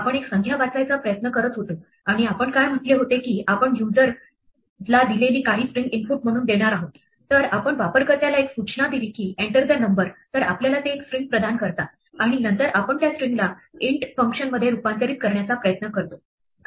आपण एक संख्या वाचायचा प्रयत्न करत होतो आणि आपण काय म्हटले होते की आपण यूजर दिलेली काही स्ट्रिंग इनपुट म्हणून देणार आहोत तर आपण वापरकर्त्याला एक सूचना दिली की enter the number तर आपल्याला ते एक स्ट्रिंग प्रदान करतात आणि नंतर आपण त्या स्ट्रिंगला int फंक्शनमध्ये रुपांतरीत करण्याचा प्रयत्न करतो